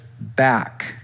back